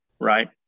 right